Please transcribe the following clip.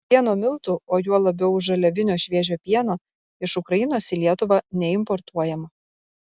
pieno miltų o juo labiau žaliavinio šviežio pieno iš ukrainos į lietuvą neimportuojama